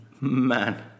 man